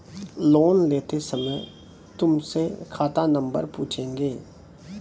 loan लेते समय तुमसे खाता नंबर पूछेंगे